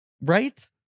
right